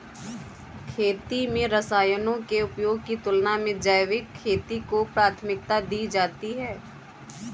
खेती में रसायनों के उपयोग की तुलना में जैविक खेती को प्राथमिकता दी जाती है